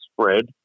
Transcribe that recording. spread